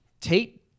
Tate